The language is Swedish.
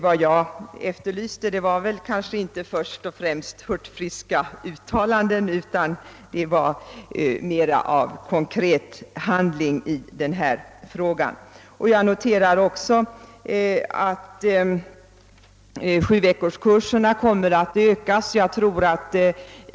Vad jag efterlyste var kanske inte först och främst hurtfriska uttalanden utan mera av konkret handling i denna fråga. Jag noterar också att sjuveckorskursernas antal kommer att ökas.